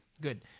good